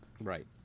Right